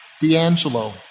D'Angelo